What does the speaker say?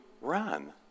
run